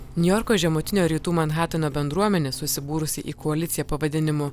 niujorko žemutinio rytų manhateno bendruomenė susibūrusi į koaliciją pavadinimu